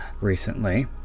recently